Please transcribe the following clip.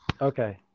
Okay